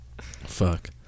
Fuck